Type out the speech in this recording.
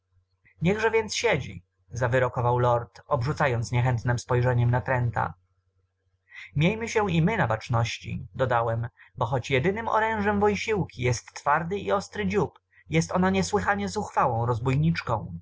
że więc siedzi zawyrokował lord obrzucając niechętnem spojrzeniem natręta miejmy się i my na baczności dodałem bo choć jedynym orężem wojsiłki jest twardy i ostry dziób jest ona niesłychanie zuchwałą